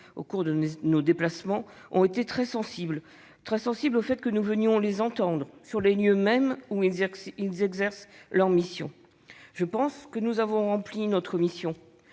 les centres de formation ont été très sensibles au fait que nous venions les entendre sur les lieux mêmes où ils exercent leur mission. Je pense que nous avons rempli notre mission.